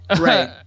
right